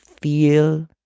feel